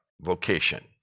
vocation